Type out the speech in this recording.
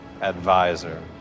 advisor